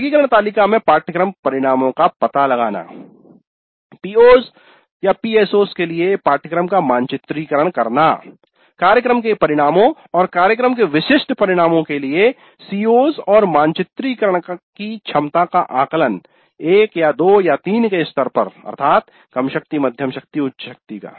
वर्गीकरण तालिका में पाठ्यक्रम परिणामों का पता लगाना PO'sPSO's के लिए पाठ्यक्रम का मानचित्रीकरण करना कार्यक्रम के परिणामों और कार्यक्रम के विशिष्ट परिणामों के लिए CO's और मानचित्रण की क्षमता का आकलन 1 या 2 या 3 के स्तर पर अर्थात कम शक्ति मध्यम शक्ति उच्च शक्ति का